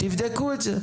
תבדקו את זה.